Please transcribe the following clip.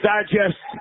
Digest